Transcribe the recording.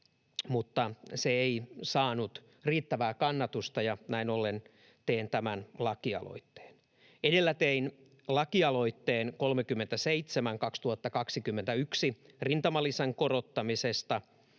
mutta se ei saanut riittävää kannatusta, ja näin ollen teen tämän lakialoitteen. Edellä tein lakialoitteen 37/2021 rintamalisän korottamisesta,